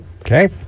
Okay